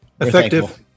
effective